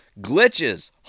Glitches